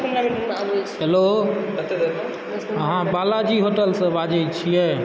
hello अहाँ बालाजी होटलसँ बाजैत छियै